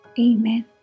Amen